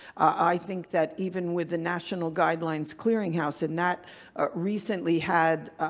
i think that even with the national guidelines clearinghouse and that ah recently had,